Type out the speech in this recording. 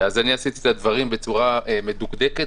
אז עשיתי את הדברים בצורה מדוקדקת,